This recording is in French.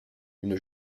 une